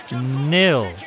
nil